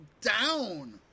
down